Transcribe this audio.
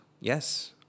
Yes